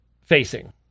facing